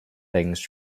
things